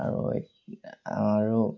আৰু আৰু